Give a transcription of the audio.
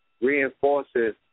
reinforces